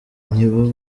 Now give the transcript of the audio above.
nibo